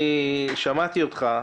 אני שמעתי אותך,